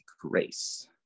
grace